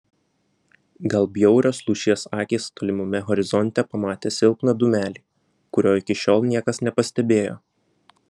gal bjaurios lūšies akys tolimame horizonte pamatė silpną dūmelį kurio iki šiol niekas nepastebėjo